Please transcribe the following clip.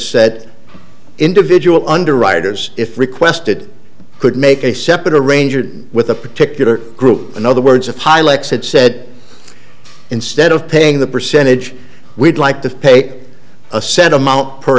said individual underwriters if requested could make a separate arranger with a particular group in other words of the pilots had said instead of paying the percentage we'd like to pay a set amount per